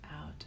out